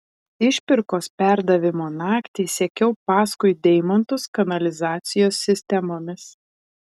išpirkos perdavimo naktį sekiau paskui deimantus kanalizacijos sistemomis